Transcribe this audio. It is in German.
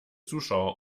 zuschauer